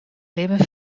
libben